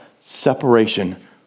Separation